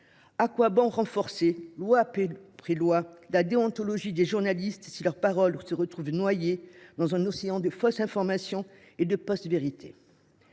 À quoi bon renforcer, loi après loi, la déontologie des journalistes, si leur parole se retrouve noyée dans un océan de fausses informations et de post vérités ?